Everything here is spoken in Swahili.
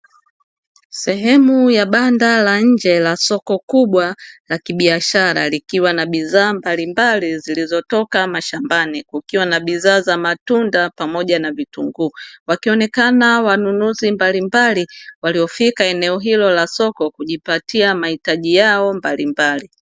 Sehemu ya banda la nje la soko kubwa la kibiashara likiwa na bidhaa mbalimbali zilizotoka mashambani, kukiwa na bidhaa za matunda pamoja na vitunguu, wakionekana wanunuzi mbalimbali waliofika eneo hilo la soko kujipatia mahitaji yao mbalimbali.